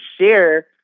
share